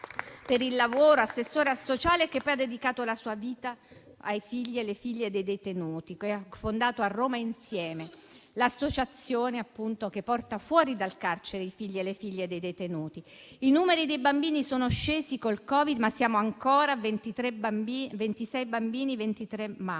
per il lavoro, assessore al sociale che poi ha dedicato la sua vita ai figli e alle figlie dei detenuti e che ha fondato l'Associazione A Roma Insieme, l'associazione che porta fuori dal carcere i figli e le figlie dei detenuti. I numeri dei bambini in carcere sono scesi con il Covid, ma siamo ancora a 26 bambini e 23 mamme.